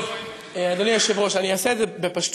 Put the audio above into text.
טוב, אדוני היושב-ראש, אעשה את זה בפשטות.